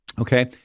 okay